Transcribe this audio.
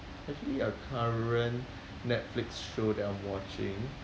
actually a current Netflix show that I'm watching